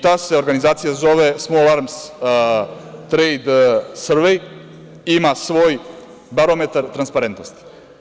Ta organizacija se zove „Small Arms Trade Survey“ ima svoj barometar transparentnosti.